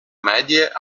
medie